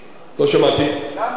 למה היישובים הבדואיים,